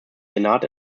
senat